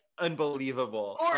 unbelievable